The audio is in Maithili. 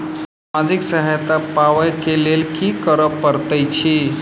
सामाजिक सहायता पाबै केँ लेल की करऽ पड़तै छी?